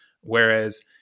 Whereas